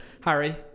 Harry